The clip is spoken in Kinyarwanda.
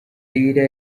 ira